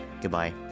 goodbye